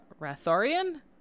Rathorian